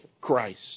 Christ